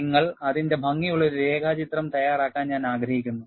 നിങ്ങൾ അതിന്റെ ഭംഗിയുള്ള ഒരു രേഖാചിത്രം തയ്യാറാക്കാൻ ഞാൻ ആഗ്രഹിക്കുന്നു